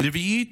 רביעית,